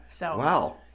Wow